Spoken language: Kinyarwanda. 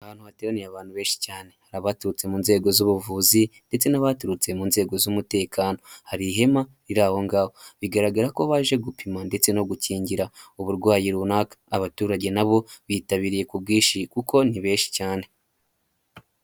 Ahantu hateraniye abantu benshi cyane, hari abaturutse mu nzego z'ubuvuzi ndetse n'abaturutse mu nzego z'umutekano. Hari ihema riri ahongaho, bigaragara ko baje gupima ndetse no gukingira uburwayi runaka. Abaturage nabo bitabiriye ku bwinshi kuko ni benshi cyane.